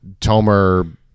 Tomer